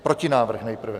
Protinávrh nejprve.